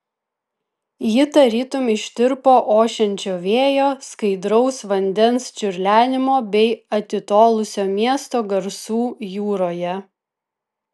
ji tarytum ištirpo ošiančio vėjo skaidraus vandens čiurlenimo bei atitolusio miesto garsų jūroje